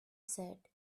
said